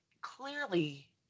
Clearly